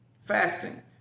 fasting